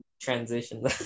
transition